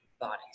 bodies